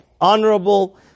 honorable